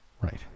Right